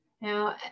Now